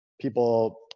people